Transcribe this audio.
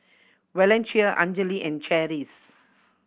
Valencia Anjali and Cherise